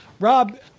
Rob